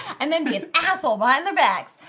and then be an asshole behind their backs.